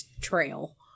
trail